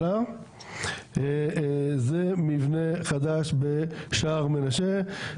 זה מבנה חדש בשער מנשה,